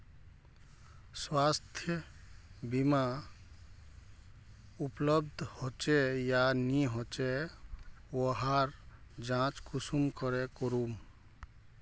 स्वास्थ्य बीमा उपलब्ध होचे या नी होचे वहार जाँच कुंसम करे करूम?